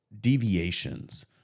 deviations